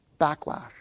backlash